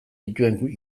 dituen